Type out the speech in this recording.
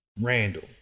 Randall